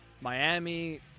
Miami